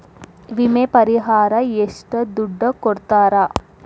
ವಿಮೆ ಪರಿಹಾರ ಎಷ್ಟ ದುಡ್ಡ ಕೊಡ್ತಾರ?